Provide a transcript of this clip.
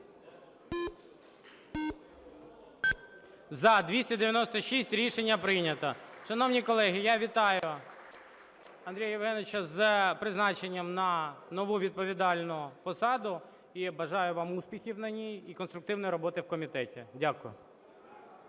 За-296 Рішення прийнято. Шановні колеги, я вітаю Андрія Євгеновича з призначенням на нову відповідальну посаду і бажаю вам успіхів на ній, і конструктивної роботи в комітеті. Дякую.